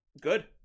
Good